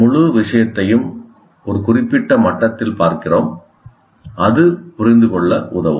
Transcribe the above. முழு விஷயத்தையும் ஒரு குறிப்பிட்ட மட்டத்தில் பார்க்கிறோம் அது புரிந்து கொள்ள உதவும்